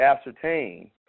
ascertain